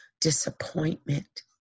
disappointment